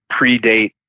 predate